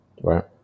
right